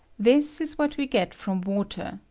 this is what we get from water,